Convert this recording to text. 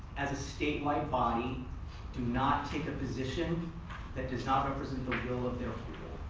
as a statewide body do not take a position that does not represent the will of their